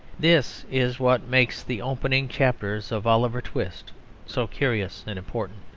this is what makes the opening chapters of oliver twist so curious and important.